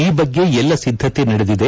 ಈ ಬಗ್ಗೆ ಎಲ್ಲ ಸಿದ್ದತೆ ನಡೆದಿದೆ